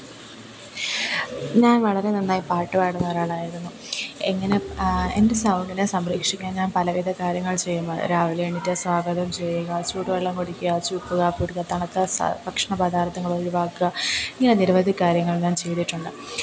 ഞാൻ വളരെ നന്നായി പാട്ട് പാടുന്നൊരാളായിരുന്നു എങ്ങനെ എന്റെ സൗണ്ടിനെ സംരക്ഷിക്കാൻ ഞാൻ പലവിധ കാര്യങ്ങൾ ചെയ്യുന്നതാണ് രാവിലെ എണീറ്റ് സാധകം ചെയ്യുക ചൂട് വെള്ളം കുടിക്കുക ചുക്ക് കാപ്പി കുടിക്കുക തണുത്ത സാധനം ഭക്ഷണ പതാർത്ഥങ്ങൾ ഒഴുവാക്കുക ഇങ്ങനെ നിരവധി കാര്യങ്ങൾ ഞാൻ ചെയ്തിട്ടുണ്ട്